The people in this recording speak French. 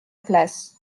place